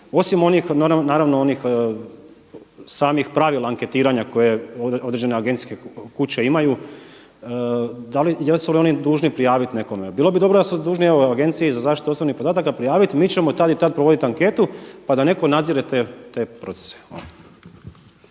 osim onih naravno samih pravila anketiranja koje određene agencijske kuće imaju? Jesu li oni dužni prijavit nekome? Bilo bi dobro da su dužni evo Agenciji za zaštitu osobnih podataka prijaviti mi ćemo tad i tad provoditi anketu, pa da netko nadzire te procese.